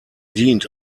dient